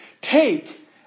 take